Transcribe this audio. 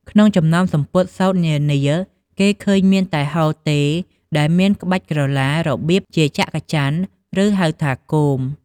ក្នុងចំណោមសំពត់សូត្រនានា គេឃើញមានតែហូលទេ ដែលមានក្បាច់ក្រឡារបៀបជាច័ក្កច័ន ឬហៅថា “គោម”។